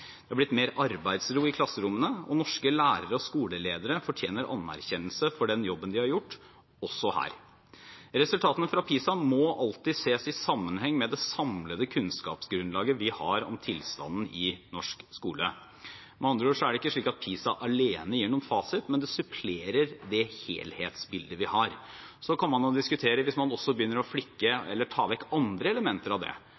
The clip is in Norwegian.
Det har blitt mer arbeidsro i klasserommene, og norske lærere og skoleledere fortjener anerkjennelse for den jobben de har gjort, også her. Resultatene fra PISA må alltid ses i sammenheng med det samlede kunnskapsgrunnlaget vi har om tilstanden i norsk skole. Med andre ord er det ikke slik at PISA alene gir noen fasit, men det supplerer det helhetsbildet vi har. Hvis man også begynner å ta vekk andre elementer av det,